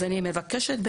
אני מבקשת,